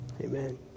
Amen